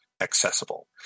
accessible